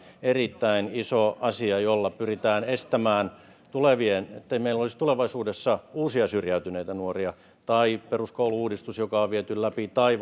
erittäin iso asia jolla pyritään estämään ettei meillä olisi tulevaisuudessa uusia syrjäytyneitä nuoria tai peruskoulu uudistus joka on viety läpi tai